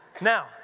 now